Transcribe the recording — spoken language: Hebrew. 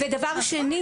שנית,